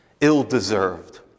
ill-deserved